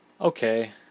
Okay